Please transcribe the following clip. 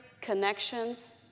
connections